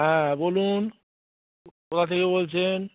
হ্যাঁ বলুন কোথা থেকে বলছেন